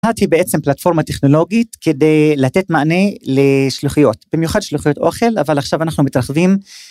הייתי בעצם פלטפורמה טכנולוגית כדי לתת מענה לשלוחיות במיוחד שלוחיות אוכל אבל עכשיו אנחנו מתרחבים.